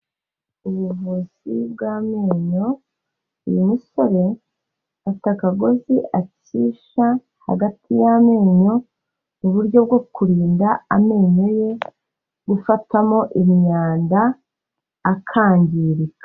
Ubuvuzi bw'amenyo uyu musore afite akagozi acisha hagati y'amenyo mu buryo bwo kurinda amenyo ye gufatamo imyanda akangirika.